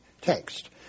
text